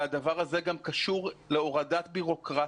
הדבר הזה גם קשור להורדת בירוקרטיה.